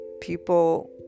people